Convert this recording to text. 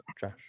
Josh